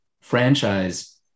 franchise